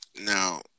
Now